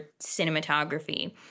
cinematography